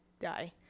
die